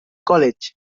college